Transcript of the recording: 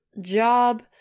job